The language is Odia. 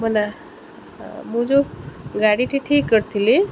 ମୋ ନା ମୁଁ ଯେଉଁ ଗାଡ଼ିଟି ଠିକ୍ କରିଥିଲି